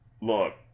look